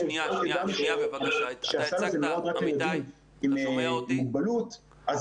שנייה ---- שהסל הזה נועד רק לילדים עם מוגבלות אז